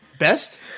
Best